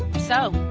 so,